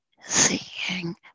seeing